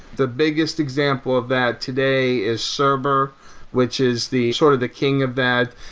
the biggest example of that today is server which is the sort of the king of that,